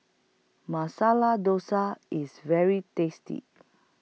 Masala Dosa IS very tasty